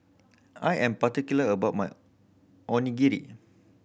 I am particular about my Onigiri